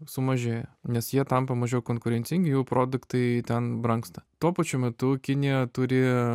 sumažėjo nes jie tampa mažiau konkurencingi jų produktai ten brangsta tuo pačiu metu kinija turi